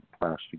plastic